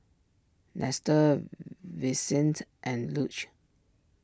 Nestor Vicente and Luc